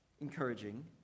encouraging